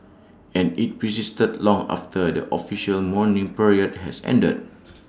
and IT persisted long after the official mourning period has ended